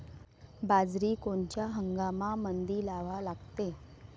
बाजरी कोनच्या हंगामामंदी लावा लागते?